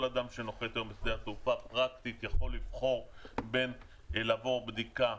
כל אדם שנוחת היום בשדה התעופה פרקטית יכול לבחור בין לעבור בדיקה